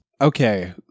Okay